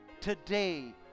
Today